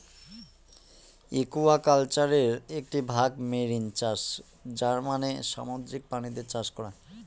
একুয়াকালচারের একটি ভাগ মেরিন চাষ যার মানে সামুদ্রিক প্রাণীদের চাষ করা